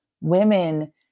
women